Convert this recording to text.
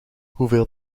hoeveel